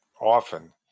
often